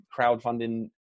crowdfunding